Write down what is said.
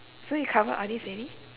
so you covered all this already